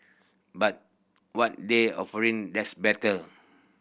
but what they offering that's better